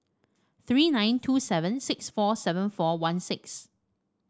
three nine two seven six four seven four one six